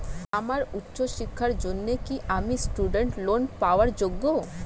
আমার উচ্চ শিক্ষার জন্য কি আমি স্টুডেন্ট লোন পাওয়ার যোগ্য?